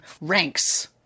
ranks